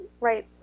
right